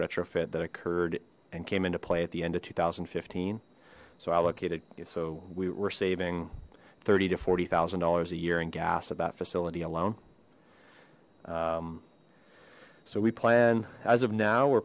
retrofit that occurred and came into play at the end of two thousand and fifteen so i located so we were saving thirty to forty thousand dollars a year in gas at that facility alone so we plan as of now we're